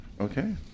okay